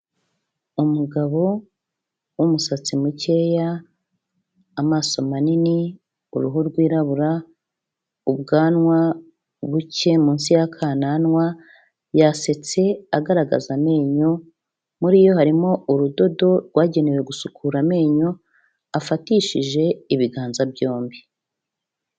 Umugabo w'umusatsi mukeya, amaso manini, uruhu rwirabura, ubwanwa buke munsi y'akananwa yasetse agaragaza amenyo, muri yo harimo urudodo rwagenewe gusukura amenyo afatishije ibiganza byombi.